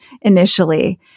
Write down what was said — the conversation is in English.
initially